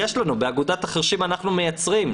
יש לנו באגודת החירשים אנחנו מייצרים.